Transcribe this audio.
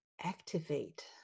activate